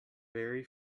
very